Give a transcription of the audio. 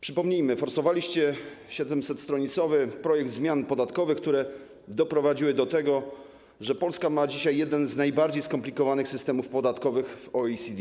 Przypomnijmy: forsowaliście 700-stronicowy projekt zmian podatkowych, które doprowadziły do tego, że Polska ma dzisiaj jeden z najbardziej skomplikowanych systemów podatkowych w OECD.